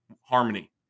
Harmony